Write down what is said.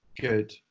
good